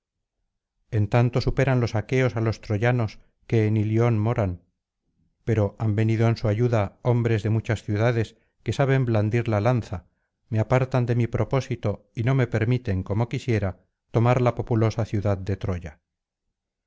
en tanto superan los aqueos á los troyanos que en ilion moran pero han venido en su ayuda hombres de muchas ciudades que saben blandir la lanza me apartan de mi propósito y no me permiten como quisiera tomar la populosa ciudad de troya